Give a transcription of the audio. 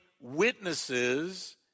witnesses